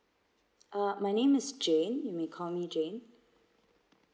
uh my name is jane you may call me jane